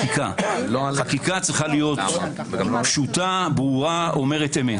חקיקה צריכה להיות ברורה, פשוטה, אומרת אמת.